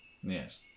Yes